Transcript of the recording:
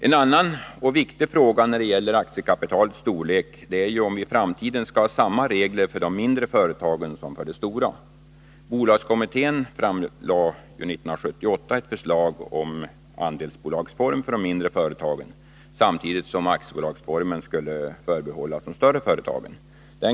En annan och viktig fråga när det gäller aktiekapitalets storlek är om vi i framtiden skall ha samma regler för de mindre företagen som för de stora. Bolagskommittén framlade 1978 ett förslag om andelsbolagsform för de mindre företagen, samtidigt som aktiebolagsformen skulle förbehållas de större företagen.